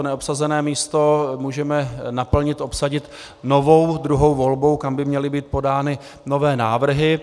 Neobsazené místo můžeme naplnit, obsadit novou druhou volbou, kam by měly být podány nové návrhy.